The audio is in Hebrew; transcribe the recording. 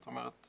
זאת אומרת,